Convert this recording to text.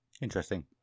Interesting